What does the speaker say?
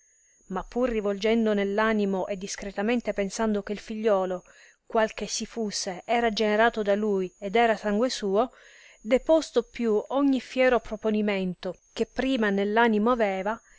ma pur rivolgendo nell animo e discretamente pensando che figliuolo qual che si fusse era generato da lui ed era il sangue suo deposto giù ogni fiero proponimento che prima nell'animo aveva